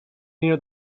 near